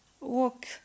walk